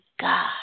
God